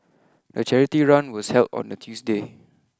the charity run was held on a Tuesday